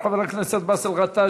חבר הכנסת באסל גטאס,